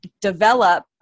Develop